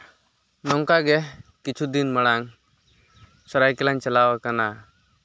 ᱱᱚᱝᱠᱟ ᱜᱮ ᱠᱤᱪᱷᱩ ᱫᱤᱱ ᱢᱟᱲᱟᱝ ᱥᱚᱨᱟᱭᱠᱮᱞᱞᱟᱧ ᱪᱟᱞᱟᱣ ᱠᱟᱱᱟ